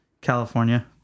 California